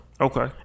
okay